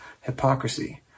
hypocrisy